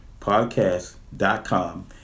podcast.com